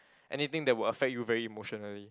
anything that will affect you very emotionally